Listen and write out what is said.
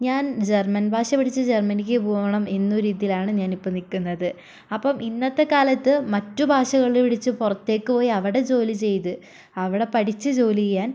ഞാൻ ജർമ്മൻ ഭാഷ പഠിച്ച് ജർമ്മനിക്കു പോകണം എന്നൊരിതിലാണ് ഞാനിപ്പോൾ നിൽക്കുന്നത് അപ്പം ഇന്നത്തെക്കാലത്ത് മറ്റു ഭാഷകൾ പഠിച്ച് പുറത്തേക്ക് പോയി അവിടെ ജോലി ചെയ്ത് അവിടെ പഠിച്ച് ജോലി ചെയ്യാൻ